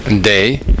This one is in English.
day